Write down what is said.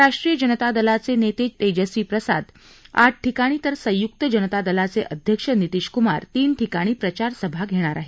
राष्ट्रीय जनता दलाचे नेते तेजस्वी प्रसाद यादव आठ ठिकाणी तर संयुक्त जनता दलाचे अध्यक्ष नीतीश कुमार तीन ठिकाणी सभा घेणार आहेत